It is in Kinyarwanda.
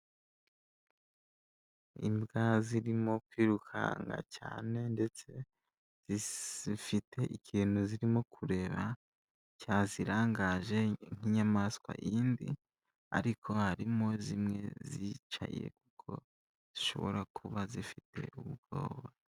Imbwa zirimo kwirukanka cyane ndetse zifite ikintu zirimo kureba cyazirangaje, nk'inyamaswa yindi ariko harimo zimwe zicaye kuko zishobora kuba zifite ubwoba.